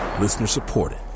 Listener-supported